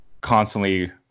constantly